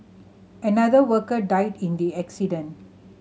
another worker died in the accident